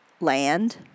Land